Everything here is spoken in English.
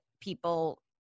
people